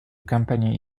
company